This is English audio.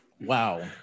Wow